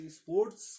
sports